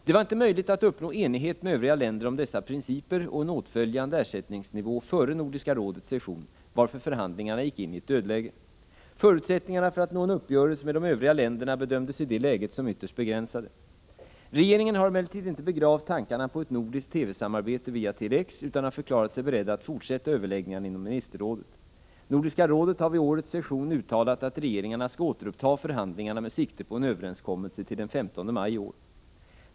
Det var inte möjligt att uppnå enighet med övriga länder om dessa principer och en åtföljande ersättningsnivå före Nordiska rådets session, varför förhandlingarna gick in i ett dödläge. Förutsättningarna för att nå en uppgörelse med de övriga länderna bedömdes i det läget som ytterst begränsade. Regeringen har emellertid inte begravt tankarna på ett nordiskt TV samarbete via Tele-X utan har förklarat sig beredd att fortsätta överläggningarna inom Ministerrådet. Nordiska rådet har vid årets session uttalat att regeringarna skall återuppta förhandlingarna med sikte på en överenskommelse till den 15 maj i år.